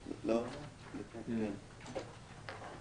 לדברים.